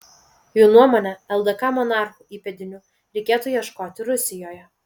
jų nuomone ldk monarchų įpėdinių reikėtų ieškoti rusijoje